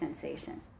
sensation